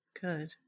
Good